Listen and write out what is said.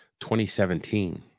2017